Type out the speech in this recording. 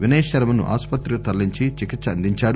వినయ్శర్మను ఆసుపత్రికి తరలించి చికిత్ప అందించారు